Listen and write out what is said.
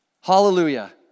Hallelujah